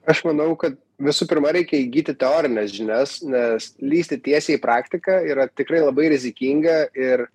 aš manau kad visų pirma reikia įgyti teorines žinias nes lįsti tiesiai į praktiką yra tikrai labai rizikinga ir